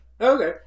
Okay